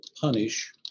punish